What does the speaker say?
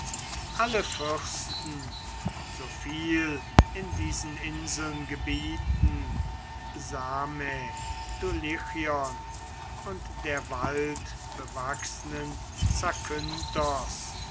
alle fürsten so viel in diesen inseln gebieten same dulichion und der waldbewachsnen